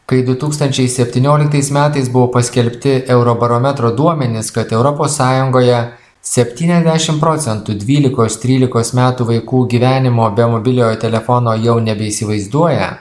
kai du tūkstančiai septynioliktais metais buvo paskelbti eurobarometro duomenys kad europos sąjungoje septyniasdešim procentų dvylikos trylikos metų vaikų gyvenimo be mobiliojo telefono jau nebeįsivaizduoja